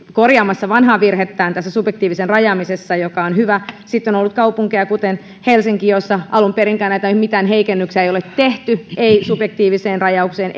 korjaamassa vanhaa virhettään subjektiivisen rajaamisessa mikä on hyvä sitten on ollut kaupunkeja kuten helsinki joissa alun perinkään mitään näitä heikennyksiä ei ole tehty ei subjektiivisen rajaukseen